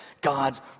God's